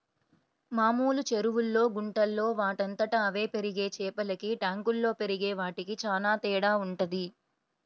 మామూలు చెరువుల్లో, గుంటల్లో వాటంతట అవే పెరిగే చేపలకి ట్యాంకుల్లో పెరిగే వాటికి చానా తేడా వుంటది